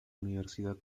universidad